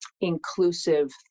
inclusive